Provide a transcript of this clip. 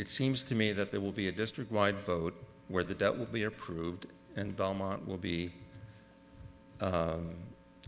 it seems to me that there will be a district wide vote where the debt will be approved and dominant will be